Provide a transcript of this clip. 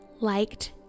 liked